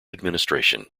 administration